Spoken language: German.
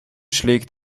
schlägt